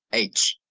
h.